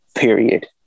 Period